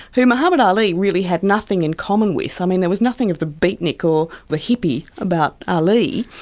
who muhammad ali really had nothing in common with. i mean, there was nothing of the beatnik or the hippie about ali.